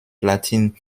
platin